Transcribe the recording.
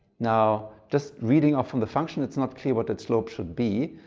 now just reading off from the function it's not clear what that slope should be.